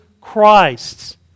Christ